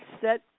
set